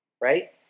right